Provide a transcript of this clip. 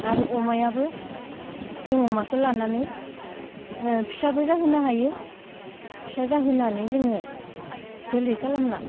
आरो अमायाबो जों अमाखो लानानै फिसाबो जाहोनो हायो फिसा जाहोनानै जोङो जोलै खालामना